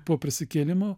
po prisikėlimo